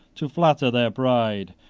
to flatter their pride,